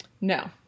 No